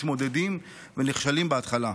מתמודדים ונכשלים בהתחלה,